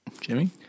Jimmy